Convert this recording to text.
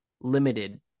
Limited